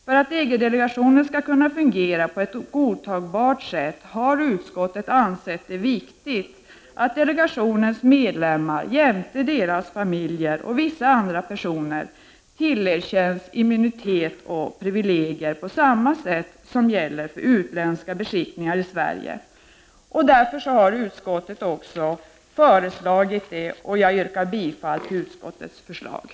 För att EG-delegationen skall kunna fungera på ett godtagbart sätt har utskottet ansett det vara viktigt att delegationens medlemmar jämte deras familjer, och vissa andra personer, tillerkänns immunitet och privilegier på samma sätt som gäller för utländska beskickningar i Sverige. Därför har utskottet också föreslagit detta, och jag yrkar bifall till utskottets hemställan.